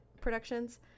Productions